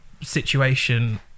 situation